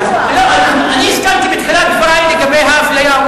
אני הסכמתי אתו בתחילת דברי לגבי האפליה.